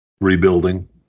rebuilding